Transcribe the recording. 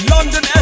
London